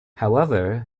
however